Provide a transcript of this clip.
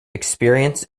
experience